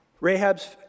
Rahab's